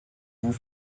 vous